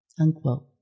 unquote